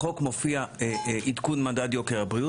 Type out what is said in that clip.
בחוק מופיע עדכון מדד יוקר הבריאות,